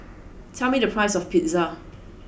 tell me the price of Pizza